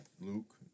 Luke